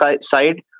side